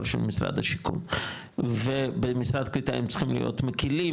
לתור של משרד השיכון ובמשרד קליטה הם צריכים להיות מקלים,